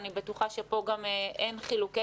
אני בטוחה שפה גם אין חילוקי